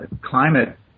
climate